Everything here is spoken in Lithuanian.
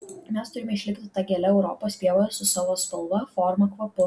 mes turime išlikti ta gėle europos pievoje su savo spalva forma kvapu